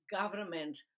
government